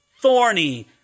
thorny